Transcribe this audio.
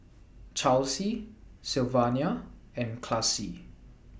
Chelsey Sylvania and Classie